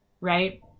right